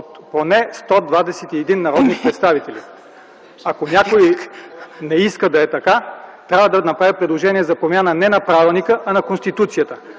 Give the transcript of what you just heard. от поне 121 народни представители. Ако някой не иска да е така, трябва да направи предложение не за промяна на правилника, а на Конституцията.